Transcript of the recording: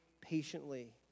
patiently